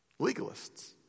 Legalists